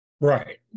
Right